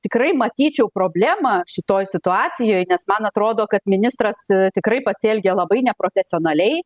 tikrai matyčiau problemą šitoj situacijoj nes man atrodo kad ministras tikrai pasielgė labai neprofesionaliai